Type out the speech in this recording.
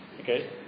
Okay